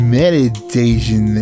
meditation